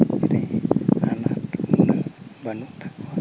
ᱨᱮ ᱟᱱᱟᱴ ᱩᱱᱟᱹᱜ ᱵᱟᱹᱱᱩᱜ ᱛᱟᱠᱚᱣᱟ